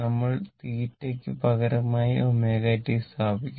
നമ്മൾ θ ക്ക് പകരമായി ω t മാറ്റിസ്ഥാപിക്കുന്നു